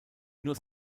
nur